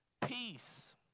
Peace